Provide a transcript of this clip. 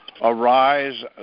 arise